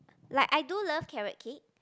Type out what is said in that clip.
like I do love carrot cake